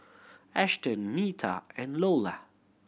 Ashton Neta and Iola